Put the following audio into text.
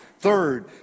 Third